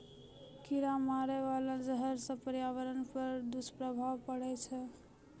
कीरा मारै बाला जहर सँ पर्यावरण पर दुष्प्रभाव पड़ै छै